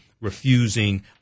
refusing